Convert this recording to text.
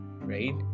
right